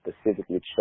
specifically